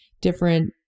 different